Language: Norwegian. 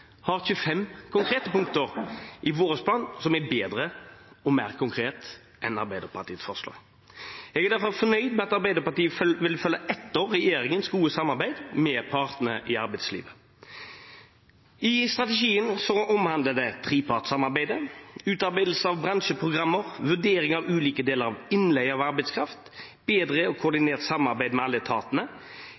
har 25 konkrete punkter i sin plan, som er bedre og mer konkrete enn Arbeiderpartiets forslag. Jeg er derfor fornøyd med at Arbeiderpartiet vil følge etter regjeringens gode samarbeid med partene i arbeidslivet. I strategien omhandles trepartssamarbeidet, utarbeidelse av bransjeprogrammer, vurdering av ulike sider ved innleie av arbeidskraft, bedre og koordinert samarbeid med alle etatene,